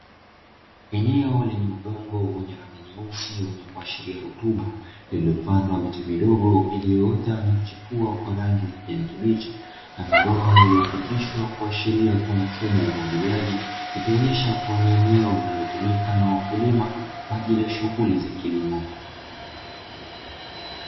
Eneo lenye udongo wenye rangi nyeusi wenye kuashiria rutuba, lililopandwa miche midogo iliyoota na kuchipua kwa rangi ya kijani kibichi, na mabomba yaliyopitishwa kuashiria kuwa mfumo wa umwagiliaji; ikionyesha kuwa ni eneo linalotumika na wakulima kwa ajili ya shughuli za kilimo.